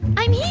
i'm here